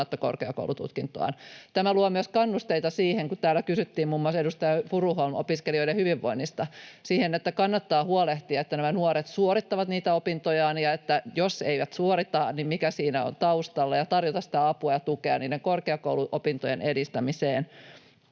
korkeakoulututkintoaan. Tämä luo myös kannusteita siihen, kun täällä kysyttiin — muun muassa edustaja Furuholm — opiskelijoiden hyvinvoinnista, että kannattaa huolehtia, että nämä nuoret suorittavat niitä opintojaan, ja jos eivät suorita, niin selvittää, mikä siinä on taustalla, ja tarjota sitä apua ja tukea niiden korkeakouluopintojen edistämiseen.